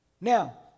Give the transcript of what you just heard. Now